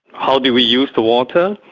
how do we use the water?